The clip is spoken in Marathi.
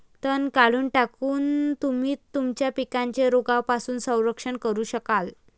तण काढून टाकून, तुम्ही तुमच्या पिकांचे रोगांपासून संरक्षण करू शकाल